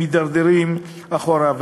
והם מידרדרים אחורה.